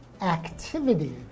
activity